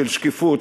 של שקיפות,